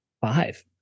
Five